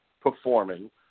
performing